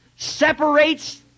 separates